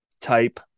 type